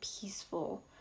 peaceful